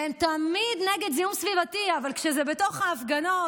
והם תמיד נגד זיהום סביבתי, אבל כזה בתוך ההפגנות,